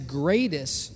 greatest